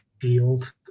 field